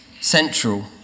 central